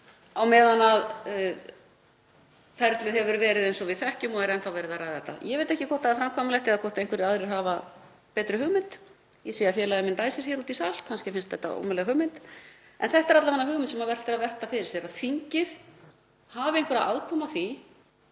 á meðan ferlið hefur verið eins og við þekkjum og er enn þá verið að ræða það. Ég veit ekki hvort það er framkvæmanlegt eða hvort einhverjir aðrir hafa betri hugmynd. Ég sé að félagi minn dæsir hér úti í sal, finnst þetta kannski ómöguleg hugmynd. En þetta er alla vega hugmynd sem vert er að velta fyrir sér, að þingið hafi einhverja aðkomu að því